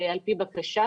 על פי בקשה.